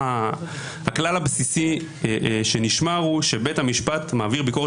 הכלל הבסיסי שנשמר הוא שבית המשפט מעביר ביקורת